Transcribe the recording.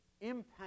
impact